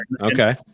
Okay